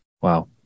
Wow